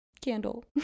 candle